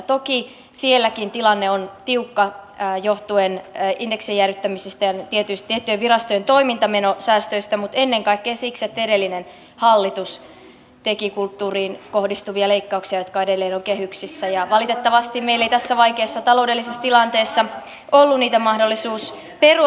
toki sielläkin tilanne on tiukka johtuen indeksien jäädyttämisistä ja tiettyjen virastojen toimintamenosäästöistä mutta ennen kaikkea siksi että edellinen hallitus teki kulttuuriin kohdistuvia leikkauksia jotka edelleen ovat kehyksissä ja valitettavasti meillä ei tässä vaikeassa taloudellisessa tilanteessa ollut mahdollisuutta niitä perua